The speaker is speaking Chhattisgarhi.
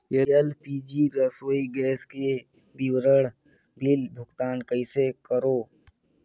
एल.पी.जी रसोई गैस के विवरण बिल भुगतान कइसे करों?